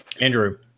Andrew